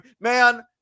Man